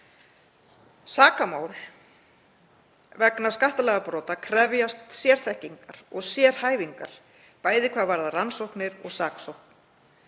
Sakamál vegna skattalagabrota krefjast sérþekkingar og sérhæfingar, bæði hvað varðar rannsóknir og saksókn.